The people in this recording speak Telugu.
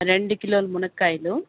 రెండు కిలోలు మునక్కాయలు